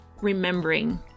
remembering